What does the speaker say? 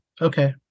Okay